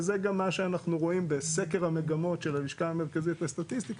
וזה גם מה שאנחנו רואים בסקר המגמות של הלשכה המרכזית לסטטיסטיקה,